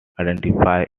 identified